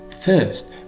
first